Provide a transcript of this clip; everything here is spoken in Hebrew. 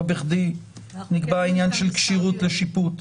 לא בכדי אנחנו נקבע העניין של כשירות לשיפוט.